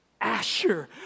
Asher